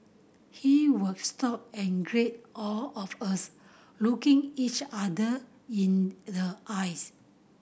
he would stop and greet all of us looking each other in the eyes